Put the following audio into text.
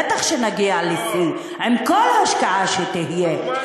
בטח שנגיע לשיא עם כל השקעה שתהיה.